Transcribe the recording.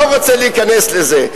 לא רוצה להיכנס לזה.